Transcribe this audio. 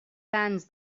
tants